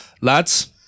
Lads